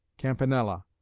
campanella,